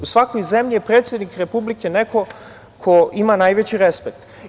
U svakoj zemlji je predsednik Republike neko ko ima najveći respekt.